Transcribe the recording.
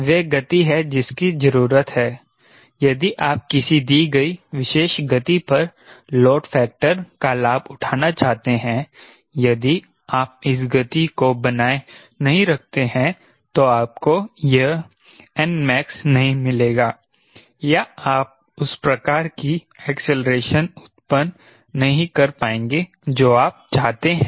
वह गति है जिसकी जरूरत है यदि आप किसी दी गई विशेष गति पर लोड फैक्टर का लाभ उठाना चाहते हैं यदि आप इस गति को बनाए नहीं रखते हैं तो आपको यह nmax नहीं मिलेगा या आप उस प्रकार की ऐक्सेलरेशन उत्पन्न नहीं कर पाएंगे जो आप चाहते हैं